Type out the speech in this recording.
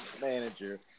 manager